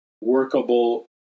workable